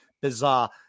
Bizarre